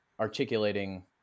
articulating